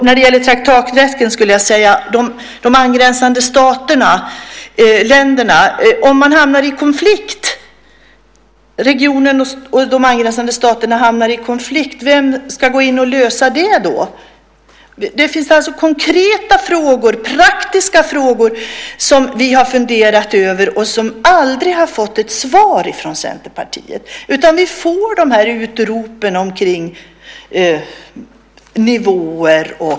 När det gäller traktaträtten och de angränsande staterna skulle jag även vilja fråga: Om regionen och de angränsande staterna hamnar i konflikt - vem ska gå in och lösa den konflikten? Det finns alltså konkreta, praktiska frågor som vi funderat över och som aldrig fått svar från Centerpartiet. I stället får vi dessa utrop om nivåer.